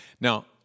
now